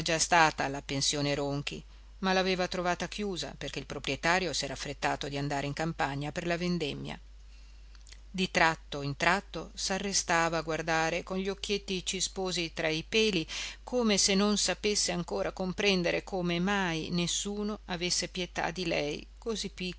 già stata alla pensione ronchi ma l'aveva trovata chiusa perché il proprietario s'era affrettato di andare in campagna per la vendemmia di tratto in tratto s'arrestava a guardare con gli occhietti cisposi tra i peli come se non sapesse ancora comprendere come mai nessuno avesse pietà di lei così